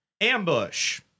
Ambush